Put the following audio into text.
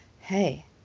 hey